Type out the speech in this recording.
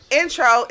intro